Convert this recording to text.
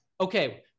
okay